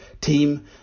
team